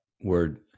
word